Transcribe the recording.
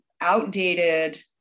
outdated